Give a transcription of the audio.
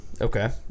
Okay